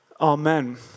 Amen